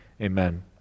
Amen